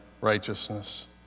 righteousness